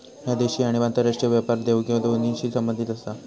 ह्या देशी आणि आंतरराष्ट्रीय व्यापार देवघेव दोन्हींशी संबंधित आसा